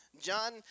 John